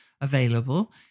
available